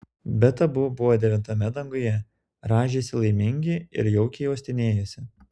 bet abu buvo devintame danguje rąžėsi laimingi ir jaukiai uostinėjosi